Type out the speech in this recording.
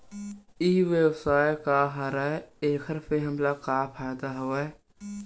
ई व्यवसाय का हरय एखर से हमला का फ़ायदा हवय?